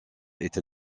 est